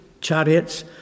chariots